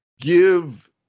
give